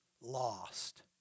lost